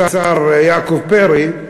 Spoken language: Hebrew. השר יעקב פרי,